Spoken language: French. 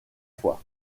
fois